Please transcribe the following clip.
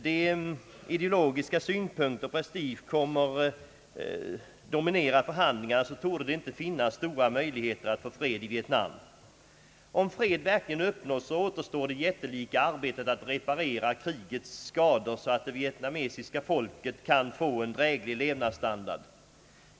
Om ideologiska synpunkter och prestige kommer att dominera förhandlingarna torde det finnas små möjligheter att få fred i Vietnam. Om fred verkligen uppnås så återstår det jättelika arbetet att reparera krigets skador så att det vietnamesiska folket kan få en dräglig levnadsstandard.